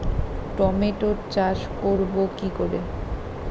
টমেটোর চাষ করব কি করে?